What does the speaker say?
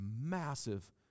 massive